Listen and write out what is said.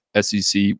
SEC